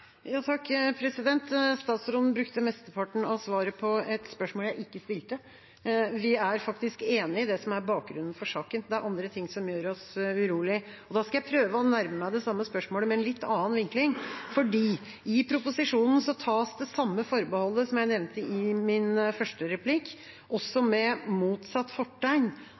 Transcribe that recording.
Statsråden brukte mesteparten av svaret på et spørsmål jeg ikke stilte. Vi er enig i det som er bakgrunnen for saken. Det er andre ting som gjør oss urolige. Da skal jeg prøve å nærme meg det samme spørsmålet med en litt annen vinkling. I proposisjonen tas det samme forbeholdet som jeg nevnte i min første replikk, også med motsatt fortegn,